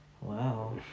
Wow